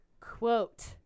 Quote